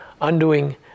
undoing